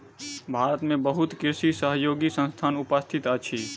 भारत में बहुत कृषि सहयोगी संस्थान उपस्थित अछि